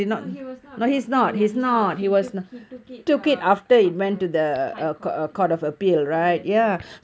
eh no he was not ya he's not he was he took it uh after high court ya yes